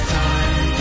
time